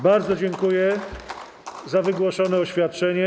Bardzo dziękuję za wygłoszone oświadczenie.